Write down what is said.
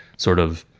sort of,